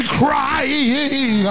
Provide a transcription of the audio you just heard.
crying